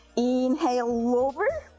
inhale, lower,